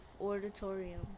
Auditorium